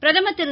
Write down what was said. பிரதமர் திரு